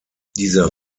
dieser